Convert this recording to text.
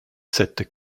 sept